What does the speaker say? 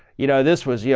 you know, this was, you